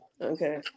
Okay